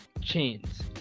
chains